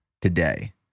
today